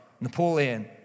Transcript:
Napoleon